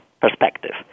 perspective